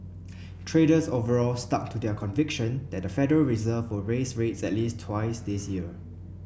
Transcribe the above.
traders overall stuck to their conviction that the Federal Reserve will raise rates at least twice this year